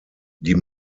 die